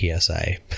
PSI